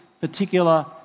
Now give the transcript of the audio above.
particular